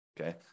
Okay